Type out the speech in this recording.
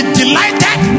delighted